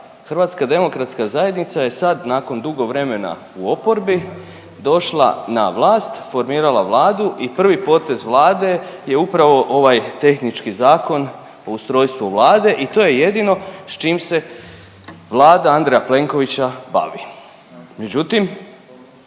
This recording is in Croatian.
Vlade kao da HDZ je sad nakon dugo vremena u oporbi došla na vlast, formirala Vladu i prvi potez Vlade je upravo ovaj tehnički Zakon o ustrojstvu vlade i to je jedino s čim se Vlada Andreja Plenkovića bavi. Međutim,